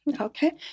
Okay